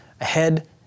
ahead